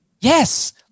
Yes